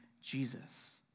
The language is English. Jesus